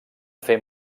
fer